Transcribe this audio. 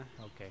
okay